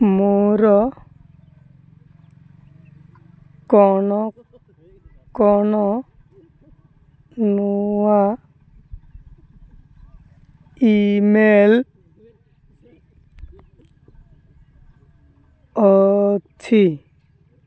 ମୋର କ'ଣ କ'ଣ ନୂଆ ଇମେଲ୍ ଅଛି